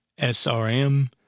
SRM